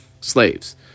slaves